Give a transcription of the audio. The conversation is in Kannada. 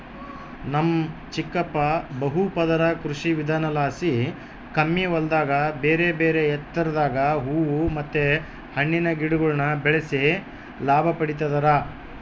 ನಮ್ ಚಿಕ್ಕಪ್ಪ ಬಹುಪದರ ಕೃಷಿವಿಧಾನಲಾಸಿ ಕಮ್ಮಿ ಹೊಲದಾಗ ಬೇರೆಬೇರೆ ಎತ್ತರದಾಗ ಹೂವು ಮತ್ತೆ ಹಣ್ಣಿನ ಗಿಡಗುಳ್ನ ಬೆಳೆಸಿ ಲಾಭ ಪಡಿತದರ